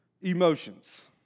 emotions